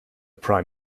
prime